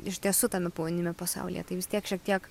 iš tiesų tame povandeniniame pasaulyje tai vis tiek šiek tiek